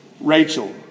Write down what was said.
Rachel